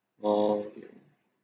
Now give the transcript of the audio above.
oh dear